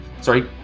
sorry